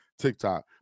TikTok